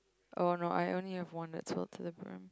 oh no I only have one that's filled to the brim